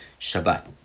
Shabbat